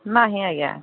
ନାହିଁ ଆଜ୍ଞା